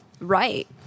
Right